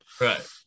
Right